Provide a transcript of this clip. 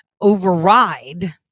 override